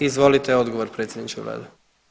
Izvolite odgovor predsjedniče Vlade.